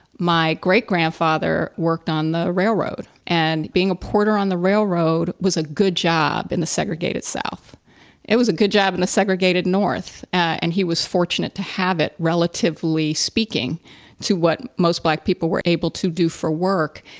my great grandfather worked on the railroad and being a porter on the railroad was a good job in the segregated south it was a good job in the segregated north, and he was fortunate to have it relatively speaking to what most black people were able to do for work.